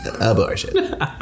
Abortion